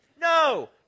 No